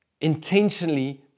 intentionally